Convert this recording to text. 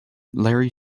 larry